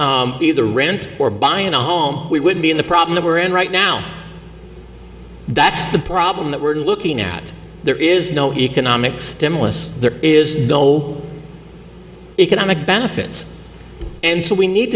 either rent or buying a home we would be in the problem we're in right now that's the problem that we're looking at there is no economic stimulus there is no economic benefits and so we need